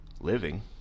living